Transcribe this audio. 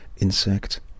insect